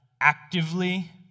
actively